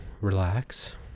relax